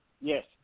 Yes